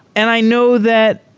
and i know that